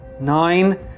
Nine